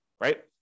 right